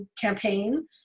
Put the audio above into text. campaign